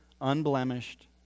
unblemished